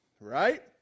right